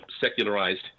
secularized